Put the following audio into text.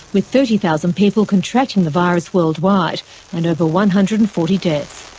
with thirty thousand people contracting the virus worldwide and over one hundred and forty deaths.